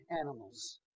animals